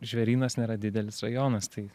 žvėrynas nėra didelis rajonas tai